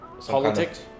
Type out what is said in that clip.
Politics